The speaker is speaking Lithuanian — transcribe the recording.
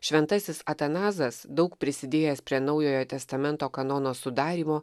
šventasis atanazas daug prisidėjęs prie naujojo testamento kanono sudarymo